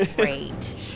great